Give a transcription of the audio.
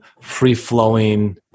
free-flowing